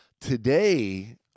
Today